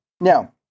Now